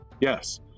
Yes